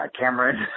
Cameron